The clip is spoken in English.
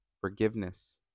forgiveness